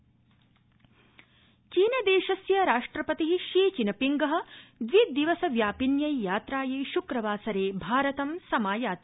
चीनराष्ट्रपति चीनदेशस्य राष्ट्रपति Xi Jinping द्वि दिवसव्यापन्यै यात्रायै श्क्रवासरे भरतं समायाति